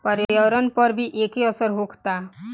पर्यावरण पर भी एके असर होखता